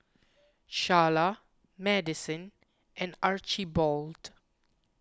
Charla Maddison and Archibald